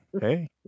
Hey